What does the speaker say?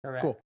Cool